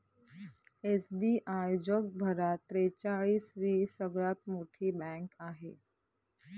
SBI जगभरात त्रेचाळीस वी सगळ्यात मोठी बँक आहे